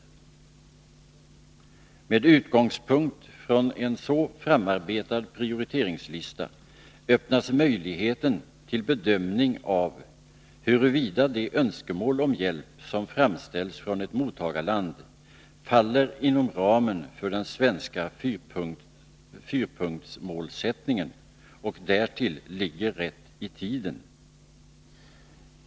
87 Med utgångspunkt från en så framarbetad prioriteringslista öppnas möjligheten till bedömning av huruvida de önskemål om hjälp som framställs från ett mottagarland faller inom ramen för den svenska fyrpunktsmålsättningen och därtill ligger rätt i tiden.